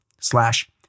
slash